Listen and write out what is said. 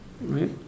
right